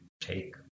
take